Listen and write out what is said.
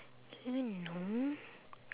don't even know